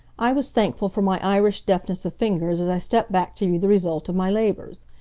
i was thankful for my irish deftness of fingers as i stepped back to view the result of my labors.